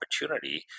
opportunity